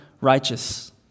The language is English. righteous